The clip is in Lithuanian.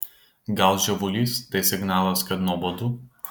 gal žiovulys tai signalas kad nuobodu